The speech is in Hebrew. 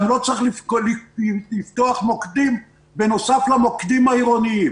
גם לא צריך לפתוח מוקדים בנוסף למוקדים העירוניים.